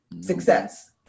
success